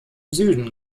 süden